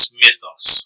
mythos